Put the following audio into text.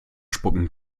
spucken